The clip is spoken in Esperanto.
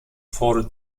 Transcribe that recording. for